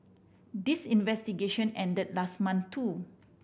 this investigation ended last month too